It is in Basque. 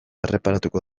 erreparatuko